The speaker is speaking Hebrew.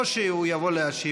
או שהוא יבוא להשיב,